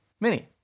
mini